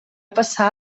passar